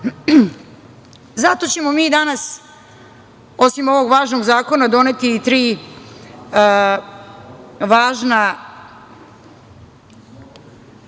Zato ćemo mi danas, osim ovog važnog zakona, doneti i tri garancije